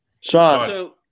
Sean